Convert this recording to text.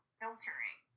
filtering